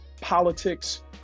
politics